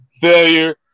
failure